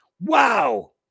Wow